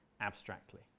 abstractly